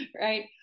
right